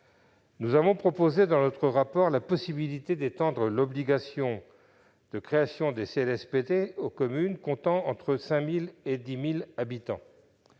nous avons proposé la possibilité d'étendre l'obligation de création des CLSPD aux communes comptant entre 5 000 et 10 000 habitants.